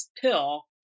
pill